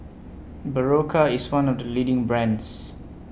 Berocca IS one of The leading brands